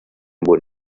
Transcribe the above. buen